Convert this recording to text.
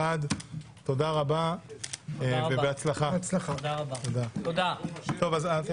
הצבעה הצעת ועדת הכנסת התקבלה.